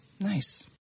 Nice